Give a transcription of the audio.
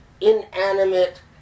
inanimate